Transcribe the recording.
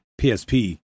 PSP